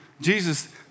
Jesus